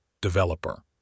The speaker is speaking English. developer